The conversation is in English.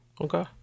Okay